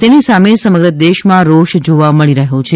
તેની સામે સમગ્ર દેશમાં રોષ જોવા મળી રહ્યો છે